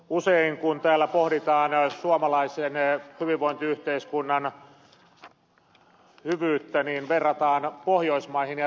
usein kun täällä pohditaan suomalaisen hyvinvointiyhteiskunnan hyvyyttä verrataan pohjoismaihin ja ruotsiin